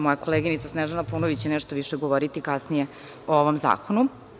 Moja koleginica Snežana Paunović će nešto više govoriti kasnije o ovom zakonu.